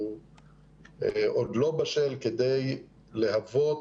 הוא עוד לא בשל כדי להוות,